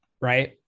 Right